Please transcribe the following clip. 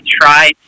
try